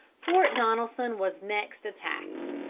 fort donelson was next attacked,